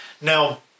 Now